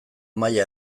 maila